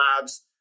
labs